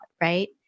right